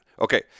Okay